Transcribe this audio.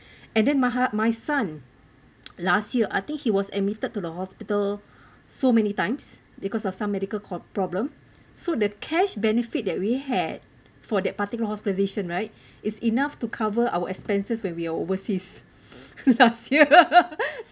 and then maha my son last year I think he was admitted to the hospital so many times because of some medical co~ problem so the cash benefit that we had for that particular hospitalisation right is enough to cover our expenses when we were overseas last year